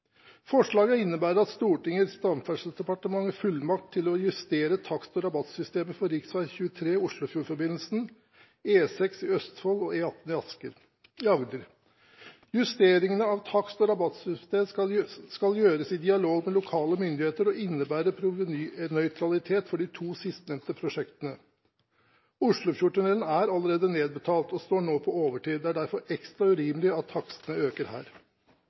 Forslaget innebærer at Stortinget gir Samferdselsdepartementet fullmakt til å justere takst- og rabattsystemet for rv. 23 Oslofjordforbindelsen, E6 i Østfold og E18 i Agder. Justeringene av takst- og rabattsystemet skal gjøres i dialog med lokale myndigheter og innebære provenynøytralitet for de to sistnevnte prosjektene. Oslofjordtunnelen er allerede nedbetalt og står nå på overtid. Det er derfor ekstra urimelig at takstene øker her.